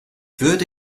würde